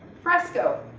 fresco,